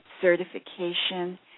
certification